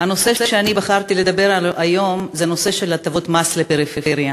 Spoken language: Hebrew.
הנושא שאני בחרתי לדבר עליו היום הוא הטבות מס לפריפריה.